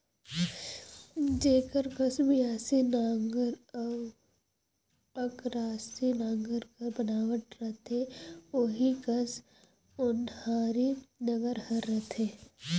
जेकर कस बियासी नांगर अउ अकरासी नागर कर बनावट रहथे ओही कस ओन्हारी नागर हर रहथे